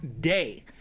day